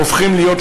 הופכים להיות,